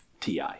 TI